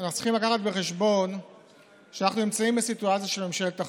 אנחנו צריכים לקחת בחשבון שאנחנו נמצאים בסיטואציה של ממשלת אחדות.